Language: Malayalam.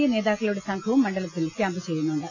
എ നേതാക്കളുടെ സംഘവും മണ്ഡല ത്തിൽ ക്യാംപ് ചെയ്യുന്നുണ്ട്